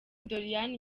doriane